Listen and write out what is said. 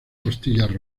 costillas